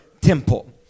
temple